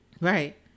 Right